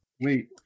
Wait